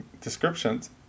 descriptions